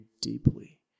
deeply